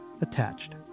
attached